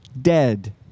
dead